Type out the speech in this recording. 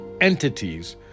entities